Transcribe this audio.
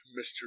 Mr